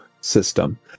system